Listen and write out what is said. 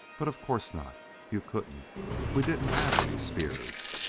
but of course not you couldn't we didn't have any spears.